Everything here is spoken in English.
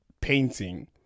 painting